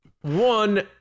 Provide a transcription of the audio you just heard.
one